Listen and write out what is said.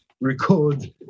record